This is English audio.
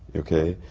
okay?